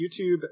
youtube